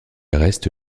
reste